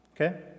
okay